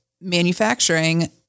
manufacturing